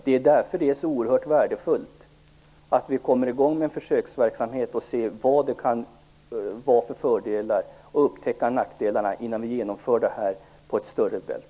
Det är därför oerhört värdefullt att en försöksverksamhet kommer i gång så att man kan upptäcka för och nackdelarna innan man genomför detta på ett större fält.